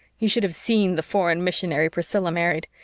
you should have seen the foreign missionary priscilla married.